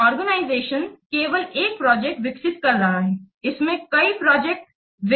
एक ऑर्गेनाइजेशन केवल एक प्रोजेक्ट विकसित कर रहा है इसमें कई प्रोजेक्ट विकसित हो सकते हैं